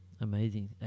amazing